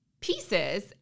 pieces